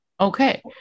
Okay